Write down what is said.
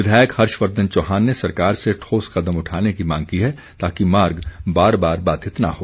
विधायक हर्षवर्धन चौहान ने सरकार से ठोस कदम उठाने की मांग की है ताकि मार्ग बार बार बाधित न हो